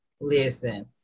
Listen